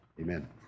Amen